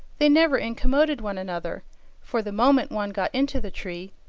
they never incommoded one another for the moment one got into the tree,